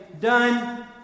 done